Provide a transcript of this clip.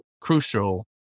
crucial